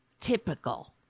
typical